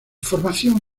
formación